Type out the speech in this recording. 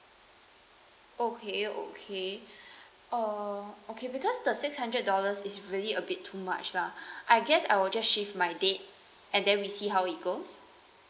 okay okay err okay because the six hundred dollars is really a bit too much lah I guess I will just shift my date and then we see how it goes